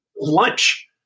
lunch